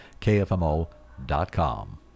kfmo.com